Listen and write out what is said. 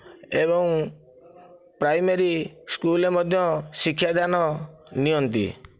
ଏବଂ ପ୍ରାଇମେରୀ ସ୍କୁଲରେ ମଧ୍ୟ ଶିକ୍ଷାଦାନ ନିଅନ୍ତି